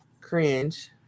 cringe